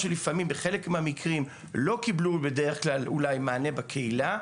שבחלק מהמקרים לא קיבלו אולי מענה בקהילה,